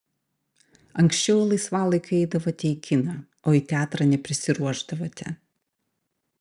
anksčiau laisvalaikiu eidavote į kiną o į teatrą neprisiruošdavote